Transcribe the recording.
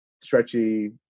stretchy